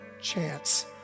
chance